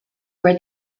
where